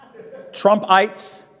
Trumpites